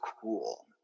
cool